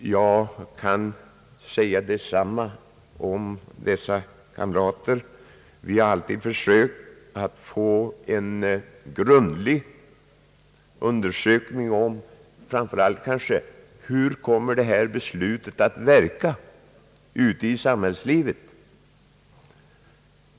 Jag kan säga detsamma om dessa kamrater. Vi har alltid försökt att göra en grundlig undersökning. Vi har framför allt frågat oss: Hur kommer detta beslut att verka ute i samhällslivet?